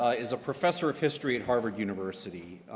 ah is a professor of history at harvard university.